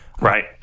Right